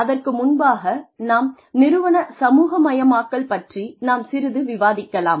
அதற்கு முன்பாக நாம் நிறுவன சமூகமயமாக்கல் பற்றி நாம் சிறிது விவாதிக்கலாம்